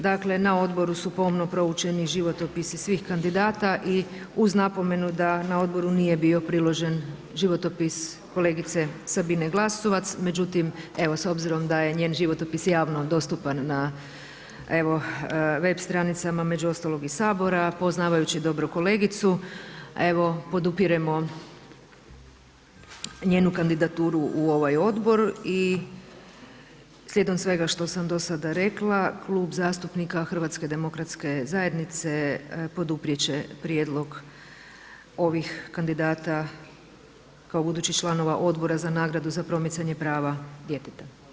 Dakle na odboru su pomno proučeni životopisi svih kandidata i uz napomenu da na odboru nije bio priložen životopis kolegice Sabine Glasovac međutim evo s obzirom da je njen životopis javno dostupan na web stranicama, među ostalog i Sabora, poznavajući dobro kolegicu, podupiremo njenu kandidaturu u ovaj odbor i slijedom svega što sam dosada rekla, Klub zastupnika HDZ-a poduprijet će prijedlog ovih kandidata kao budućih članova Odbora za nagradu za promicanje prava djeteta.